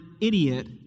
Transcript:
idiot